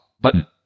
button